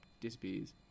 disappears